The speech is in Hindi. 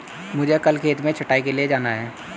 मुझे कल खेत में छटाई के लिए जाना है